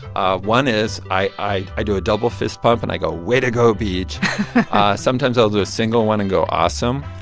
ah one is i i do a double fist pump, and i go, way to go, beej sometimes, i'll do a single one and go, awesome.